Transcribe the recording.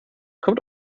kommt